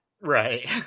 Right